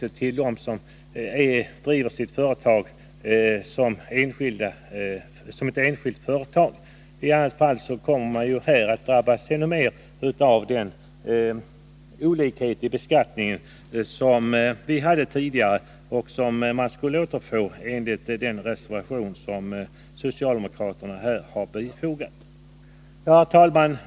I annat fall kommer de att ännu hårdare drabbas av den olikhet i beskattningen som fanns tidigare och som vi skulle få tillbaka om vi biföll den reservation som socialdemokraterna har fogat vid betänkandet. Herr talman!